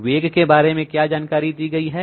वेग के बारे में क्या जानकारी दी गई है